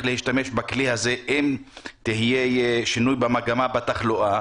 להשתמש בכלי הזה אם יהיה שינוי מגמה בתחלואה.